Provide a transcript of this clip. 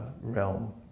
realm